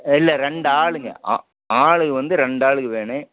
இல்லை ரெண்டு ஆளுங்க ஆளுங்க வந்து ரெண்டாளுங்க வேணும்